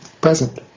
present